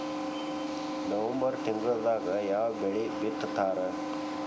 November ತಿಂಗಳದಾಗ ಯಾವ ಬೆಳಿ ಬಿತ್ತತಾರ?